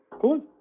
Cool